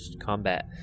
combat